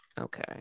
Okay